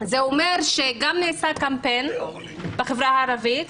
זה אומר שגם אם נעשה קמפיין בחברה הערבית,